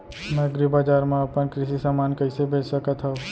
मैं एग्रीबजार मा अपन कृषि समान कइसे बेच सकत हव?